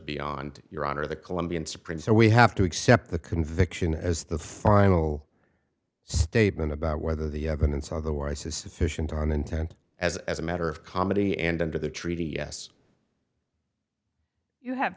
beyond your honor the colombian supreme so we have to accept the conviction as the final statement about whether the evidence otherwise is sufficient on intent as a matter of comedy and under the treaty yes you have